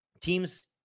teams